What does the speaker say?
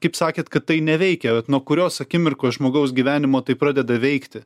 kaip sakėt kad tai neveikia nuo kurios akimirkos žmogaus gyvenimo tai pradeda veikti